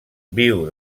viu